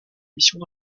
missions